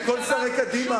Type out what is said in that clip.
לכל שרי קדימה,